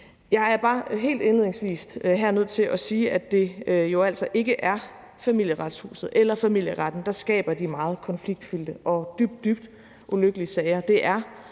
Jeg er bare helt indledningsvis her nødt til at sige, er det jo altså ikke er Familieretshuset eller familieretten, der skaber de meget konfliktfyldte og dybt, dybt ulykkelige sager; det er